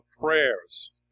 prayers